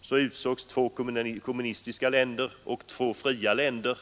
så utsågs två kommunistiska länder och två fria länder.